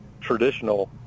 traditional